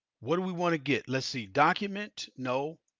what do we want to get? let's see. document? no.